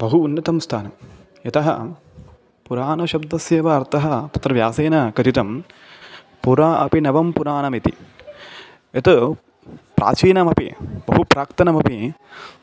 बहु उन्नतं स्थानं यतः पुराणशब्दस्य एव अर्थः तत्र व्यासेन कथितं पुरा अपि नवं पुराणमिति यत् प्राचीनमपि बहु प्राक्तनमपि